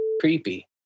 creepy